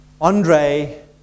Andre